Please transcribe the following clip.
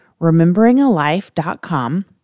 rememberingalife.com